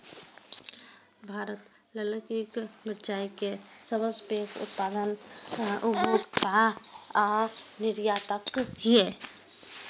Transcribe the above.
भारत ललकी मिरचाय के सबसं पैघ उत्पादक, उपभोक्ता आ निर्यातक छियै